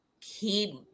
keep